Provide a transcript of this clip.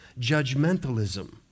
judgmentalism